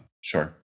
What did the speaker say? sure